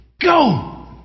go